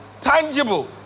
tangible